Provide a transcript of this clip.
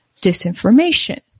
disinformation